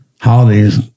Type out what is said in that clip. Holidays